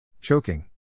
Choking